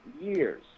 years